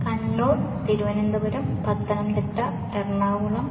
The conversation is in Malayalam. കണ്ണൂർ തിരുവനന്തപുരം പത്തനംതിട്ട എറണാകുളം